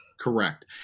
Correct